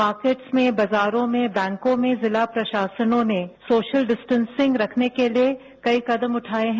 markets में बाजारों में बैकों में जिला प्रशासनों ने सोशल डिस्टेंसिंग रखने के लिए कई कदम उठाये हैं